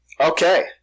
Okay